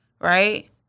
right